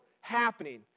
happening